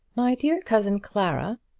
my dear cousin clara,